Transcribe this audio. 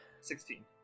Sixteen